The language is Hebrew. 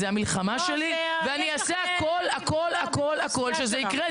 זו המלחמה שלי, ואני אעשה הכל, הכל כדי שזה יקרה.